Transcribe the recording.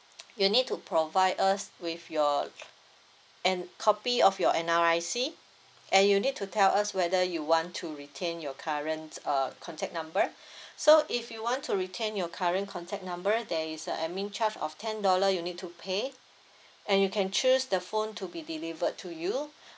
you need to provide us with your an copy of your N_R_I_C and you need to tell us whether you want to retain your current uh contact number so if you want to retain your current contact number there is a admin charge of ten dollar you need to pay and you can choose the phone to be delivered to you